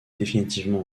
définitivement